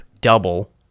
double